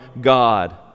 God